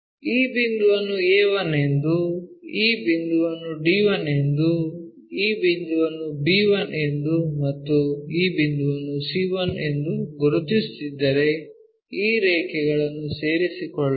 ಈ ಬಿಂದುವನ್ನು a1 ಎಂದು ಈ ಬಿಂದುವನ್ನು d1 ಎಂದು ಈ ಬಿಂದುವನ್ನು b1 ಎಂದು ಮತ್ತು ಈ ಬಿಂದುವನ್ನು c1 ಎಂದು ಗುರುತಿಸುತ್ತಿದ್ದರೆ ಈ ರೇಖೆಗಳನ್ನು ಸೇರಿಕೊಳ್ಳೋಣ